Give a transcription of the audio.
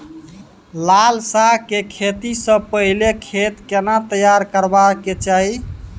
लाल साग के खेती स पहिले खेत केना तैयार करबा के चाही?